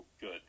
good